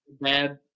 bad